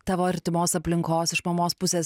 tavo artimos aplinkos iš mamos pusės